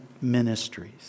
ministries